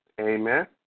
Amen